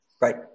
Right